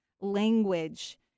language